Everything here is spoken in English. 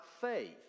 faith